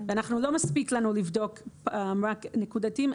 לא מספיק לנו לבדוק רק נקודתית.